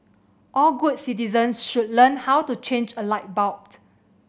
all good citizens should learn how to change a light